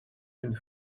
d’une